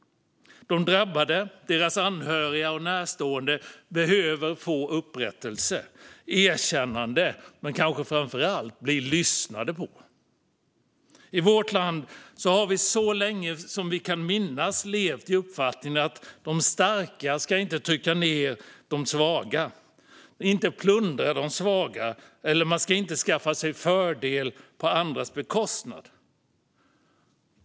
De drabbade, deras anhöriga och närstående behöver få upprättelse och ett erkännande, men de behöver kanske framför allt bli lyssnade på. I vårt land har vi så länge som vi kan minnas levt i uppfattningen att de starka inte ska trycka ned de svaga. De ska inte plundra de svaga eller skaffa sig fördelar på andras bekostnad.